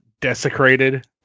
desecrated